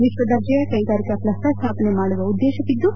ವಿಶ್ವದರ್ಜೆಯ ಕೈಗಾರಿಕಾ ಕ್ಷಸ್ಸರ್ ಸ್ಟಾಪನೆ ಮಾಡುವ ಉದ್ದೇಶವಿದ್ದು